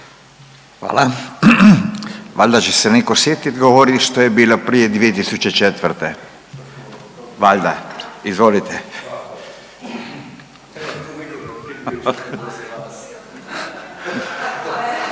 Hvala. Valjda će neko sjetit govorit što je bilo prije 2004., valjda. Izvolite. Upadica